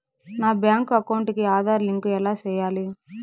నా bank account కి Aadhaar link ఎలా సేయాలి